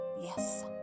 Yes